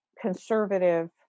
conservative